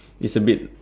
it's a bit